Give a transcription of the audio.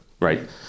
right